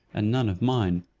and none of mine.